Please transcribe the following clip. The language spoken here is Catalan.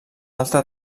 altre